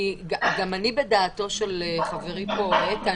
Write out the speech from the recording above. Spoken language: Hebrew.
גם אני בדעתו של חברי איתן,